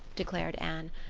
declared anne.